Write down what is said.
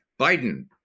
Biden